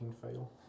fail